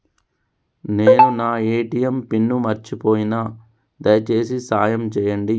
నేను నా ATM pin మర్చిపోయిన, దయచేసి సాయం చేయండి